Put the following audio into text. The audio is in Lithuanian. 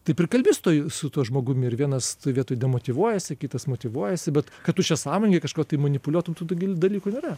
taip ir kalbi su tuo su tuo žmogumi ir vienas toj vietoj demotyvuojasi kitas motyvuojasi bet kad tu čia sąmoningai kažkuo tai manipuliuotum tų dalykų nėra